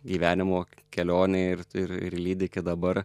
gyvenimo kelionėj ir ir lydi iki dabar